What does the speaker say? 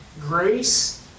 Grace